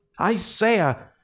Isaiah